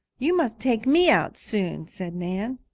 you must take me out soon, said nan.